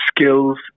skills